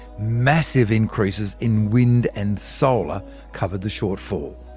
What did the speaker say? massive increases in wind and solar covered the shortfall.